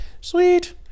Sweet